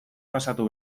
pasatu